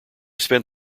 spent